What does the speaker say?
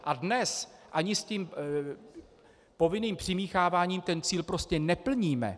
A dnes ani s tím povinným přimícháváním ten cíl prostě neplníme.